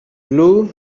blue